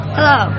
Hello